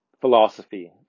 philosophy